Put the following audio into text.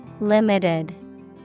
Limited